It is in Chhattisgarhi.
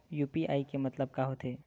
यू.पी.आई के मतलब का होथे?